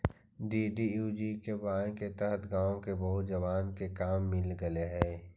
DDUGKY के तहत गाँव के बहुत जवान के काम मिले लगले हई